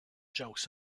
jokes